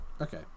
Okay